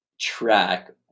track